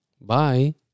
bye